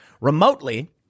remotely